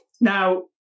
Now